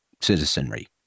citizenry